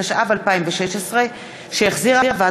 התשע"ו 2016,